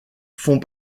font